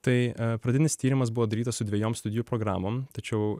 tai pradinis tyrimas buvo darytas su dvejom studijų programom tačiau